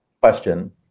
question